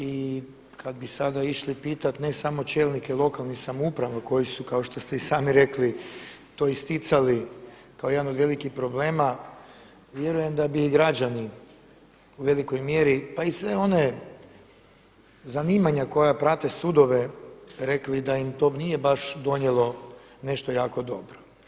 I kada bi sada išli pitati ne samo čelnike lokalnih samouprava koji su kao što ste i sami rekli to isticali kao jedan od velikih problema, vjerujem da bi i građani u velikoj mjeri pa i sve one zanimanja koja prate sudove rekli da im to nije baš donijelo nešto jako dobro.